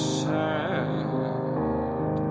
sad